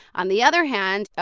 on the other hand,